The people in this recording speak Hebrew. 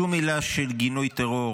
שום מילה של גינוי טרור.